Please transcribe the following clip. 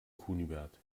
kunibert